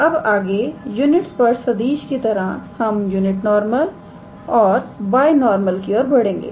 अब आगे यूनिट स्पर्श सदिश की तरह हम यूनिट नॉर्मलऔर बायनॉर्मल की और बढ़ेंगे